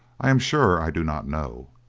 i am sure i do not know.